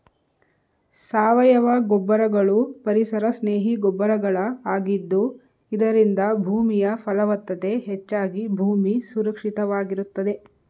ಸಾವಯವ ಗೊಬ್ಬರಗಳು ಪರಿಸರ ಸ್ನೇಹಿ ಗೊಬ್ಬರಗಳ ಆಗಿದ್ದು ಇದರಿಂದ ಭೂಮಿಯ ಫಲವತ್ತತೆ ಹೆಚ್ಚಾಗಿ ಭೂಮಿ ಸುರಕ್ಷಿತವಾಗಿರುತ್ತದೆ